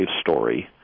story